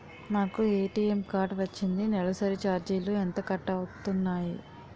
నాకు ATM card వచ్చింది నెలసరి ఛార్జీలు ఎంత కట్ అవ్తున్నాయి?